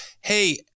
hey